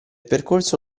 percorso